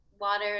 water